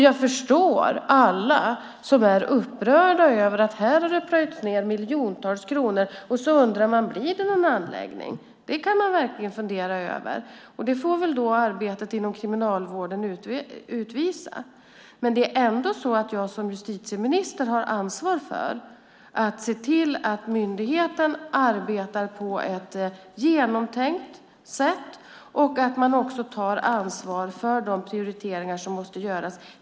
Jag förstår alla som är upprörda över att det plöjts ned miljontals kronor, och de undrar om det blir någon anläggning. Det kan man verkligen fundera över. Det får arbetet inom Kriminalvården utvisa. Det är ändå så att jag som justitieminister har ansvar för att se till att myndigheten arbetar på ett genomtänkt sätt och att man också tar ansvar för de prioriteringar som måste göras.